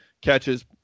catches